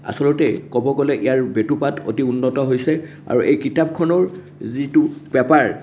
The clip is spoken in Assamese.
আচলতে ক'ব গ'লে ইয়াৰ বেটুপাত অতি উন্নত হৈছে আৰু এই কিতাপখনৰ যিটো পেপাৰ